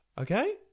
Okay